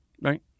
Right